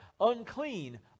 unclean